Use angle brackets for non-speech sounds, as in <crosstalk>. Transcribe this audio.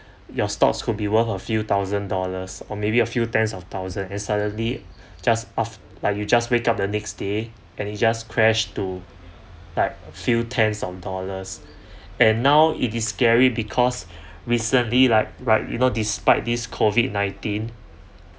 your stocks could be worth a few thousand dollars or maybe a few tens of thousand and suddenly just off like you just wake up the next day and it just crashed to like few tens on dollars and now it is scary because <breath> recently like like you know despite this COVID nineteen